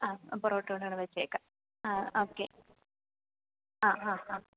ആ പൊറോട്ടയുടെ കൂടെ വെച്ചേക്കാം ആ ഓക്കെ ആ ഹാ ആ